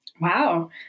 Wow